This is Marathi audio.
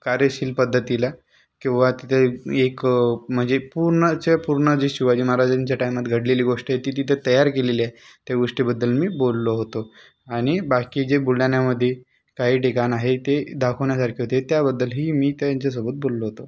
कार्यशीलपद्धतीला किंवा तिथं ए एक म्हणजे पूर्णच्या पूर्ण जी शिवाजीमहाराजांच्या टायमात घडलेली गोष्टी आहेत ती तिथं तयार केलेली आहे त्या गोष्टीबद्दल मी बोललो होतो आणि बाकीजे बुलढाण्यामध्ये काही ठिकाण आहे ते दाखवण्यासारखं ते त्याबद्दलही मी त्यांच्यासोबत बोललो होतो